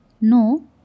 No